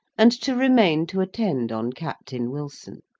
and to remain to attend on captain wilson.